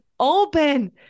open